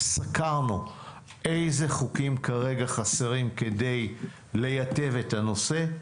וסקרנו אילו חוקים כרגע חסרים כדי לטייב את הנושא.